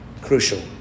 crucial